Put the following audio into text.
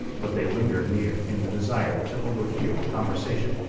but they lingered near in the desire to overhear the conversation.